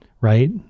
Right